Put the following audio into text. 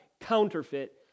counterfeit